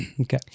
Okay